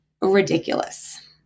ridiculous